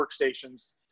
workstations